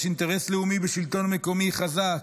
יש אינטרס לאומי בשלטון מקומי חזק,